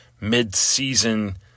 mid-season